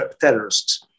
terrorists